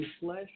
flesh